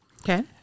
Okay